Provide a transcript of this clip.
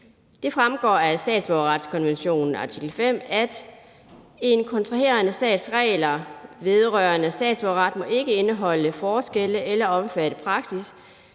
Det fremgår af statsborgerretskonventionens art. 5, at en kontraherende stats regler vedrørende statsborgerret ikke må indeholde forskelle eller omfatte praksis,